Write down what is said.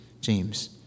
James